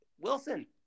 Wilson